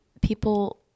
people